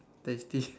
tasty